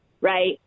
right